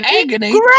Agony